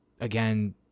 again